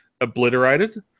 obliterated